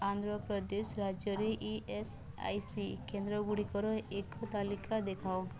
ଆନ୍ଧ୍ରପ୍ରଦେଶ ରାଜ୍ୟରେ E S I C କେନ୍ଦ୍ରଗୁଡ଼ିକର ଏକ ତାଲିକା ଦେଖାଅ